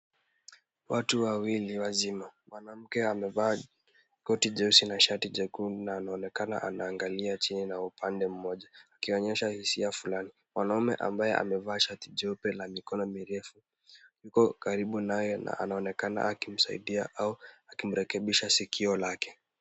Watu wawili wazima. Mwanamke amevaa koti jeusi na shati jekundu na inaonekana anaangalia chini na upande mmoja akionyesha hisia fulani. Mwanaume ambaye amevaa shati jeupe la mikono mirefu yuko karibu naye na anaonekana akimsaidia au akimrekebisha sikio lake.